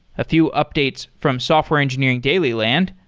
a few updates from software engineering daily land.